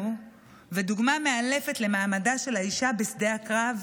ודוגמה מאלפת למעמדה של האישה בשדה הקרב